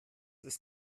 ist